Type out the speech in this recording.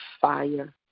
fire